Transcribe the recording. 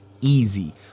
easy